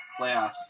playoffs